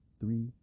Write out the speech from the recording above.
three